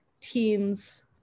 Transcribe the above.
teens